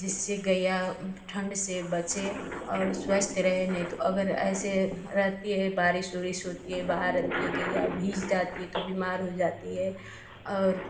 जिससे गईया ठंड से बचे और स्वस्थ रहे नहीं तो अगर ऐसे रहती है बारिश ओरिश होती है बाहर रहती है गईया भीज जाती है तो बीमार हो जाती है और